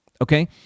okay